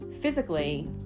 physically